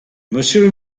monsieur